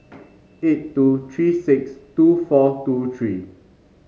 eight two three six two four two three